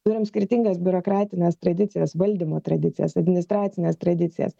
turim skirtingas biurokratines tradicijas valdymo tradicijas administracines tradicijas